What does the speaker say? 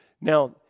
Now